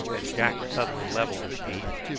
as jack suddenly levelled his piece.